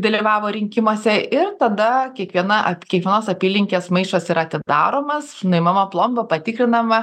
dalyvavo rinkimuose ir tada kiekviena kiekvienos apylinkės maišas yra atidaromas nuimama plomba patikrinama